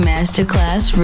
Masterclass